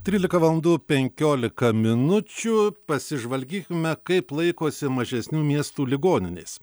trylika valandų penkiolika minučių pasižvalgykime kaip laikosi mažesnių miestų ligoninės